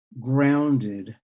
grounded